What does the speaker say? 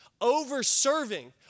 Over-serving